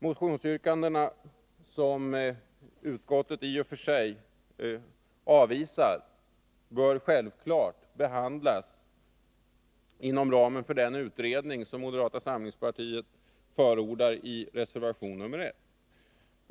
Motionsyrkandena, som utskottet i och för sig avvisar, bör självfallet behandlas inom ramen för den utredning som moderata samlingspartiet förordar i reservation 1.